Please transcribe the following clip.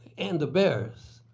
and the bears.